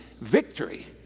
victory